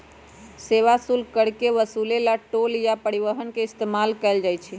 सेवा शुल्क कर के वसूले ला टोल या परिवहन के इस्तेमाल कइल जाहई